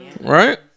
Right